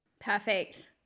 Perfect